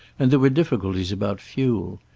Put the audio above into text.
and there were difficulties about fuel.